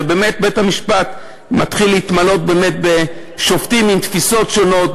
ובאמת בית-המשפט מתחיל להתמלא בשופטים עם תפיסות שונות,